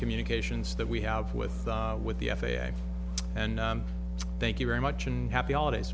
communications that we have with the with the f a a and thank you very much and happy holidays